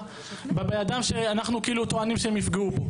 בבן אדם שאנחנו טוענים שהם יפגעו בו.